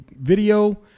video